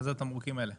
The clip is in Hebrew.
מה זה התמרוקים האלה?